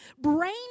brain